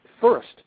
first